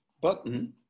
button